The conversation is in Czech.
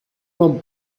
mám